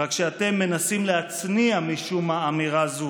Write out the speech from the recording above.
רק שאתם מנסים להצניע משום מה אמירה זו: